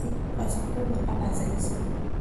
zen̈y koa zen̈y ten̈a mampalaza izy.